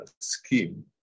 scheme